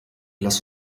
lass